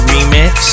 Remix